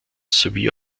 sowie